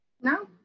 No